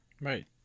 Right